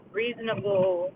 reasonable